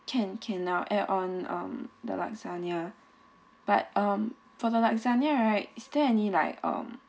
can can I'll add on um the lasagna but um for the lasagna right is there any like um